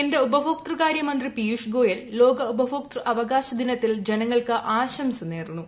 കേന്ദ്ര ഉപഭോക്തൃ കാര്യ മന്ത്രി പീയുഷ് ഗോയൽ ലോക ഉപഭോക്തൃ അവകാശ ദിനത്തിൽ ജനങ്ങൾക്ക് ആശംസ നേർന്നു